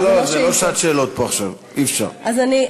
אפשר שאלה,